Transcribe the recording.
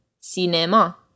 cinema